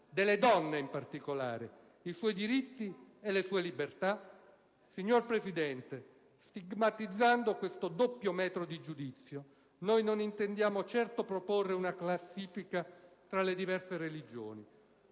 delle donne in particolare, i suoi diritti e le sue libertà? Signora Presidente, stigmatizzando questo doppio metro di giudizio non intendiamo certo proporre una classifica tra le diverse religioni,